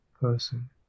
person